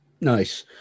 nice